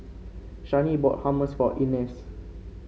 Shani bought Hummus for Ines